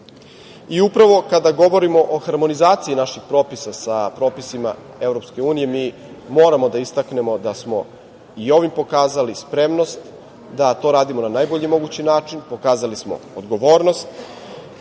unije. Upravo kada govorimo o harmonizaciji naših propisa sa propisima Evropske unije mi moramo da istaknemo da smo i ovim pokazali spremnost da to radimo na najbolji mogući način, pokazali smo odgovornost,